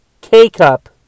K-Cup